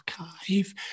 archive